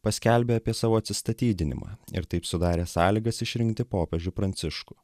paskelbė apie savo atsistatydinimą ir taip sudarė sąlygas išrinkti popiežių pranciškų